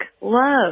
Love